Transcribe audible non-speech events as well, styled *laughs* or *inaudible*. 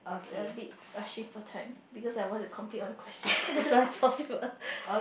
rabbit rushing for time because I want to complete all the question *laughs* that's why possible